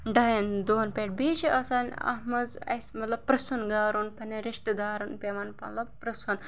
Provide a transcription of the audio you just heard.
ڈایَن دۄہَن پٮ۪ٹھ بیٚیہِ چھِ آسان اَتھ منٛز اَسہِ مطلب پِرٛژھُن گارُن پنٛنٮ۪ن رِشتہٕ دارَن پیٚوان مطلب پِرٛژھُن